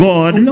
God